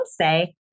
say